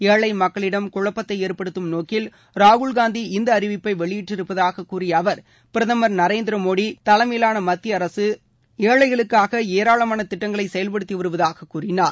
ஏழை மக்களிடம் குழப்பத்தை ஏற்படுத்தும் நோக்கில் ராகுல் காந்தி இந்த அறிவிப்பை வெளியிட்டிருப்பதாகக் கூறிய அவர் பிரதமர் நரேந்திர மோடி தலைமையிலான மத்திய அரசு ஏழைகளுக்காக ஏராளமான திட்டங்களை செயல்படுத்தி வருவதாகக் கூறினார்